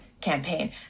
campaign